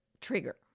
trigger